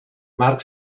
marc